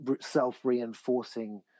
self-reinforcing